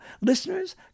listeners